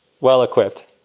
well-equipped